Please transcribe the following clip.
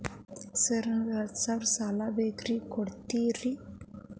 Sir ನನಗ ಹತ್ತು ಸಾವಿರ ಸಾಲ ಬೇಕ್ರಿ ಕೊಡುತ್ತೇರಾ?